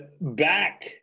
back